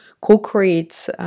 co-create